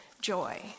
joy